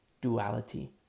duality